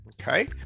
Okay